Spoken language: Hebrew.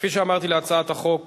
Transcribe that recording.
להצעת החוק